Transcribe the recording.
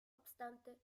obstante